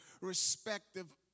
respective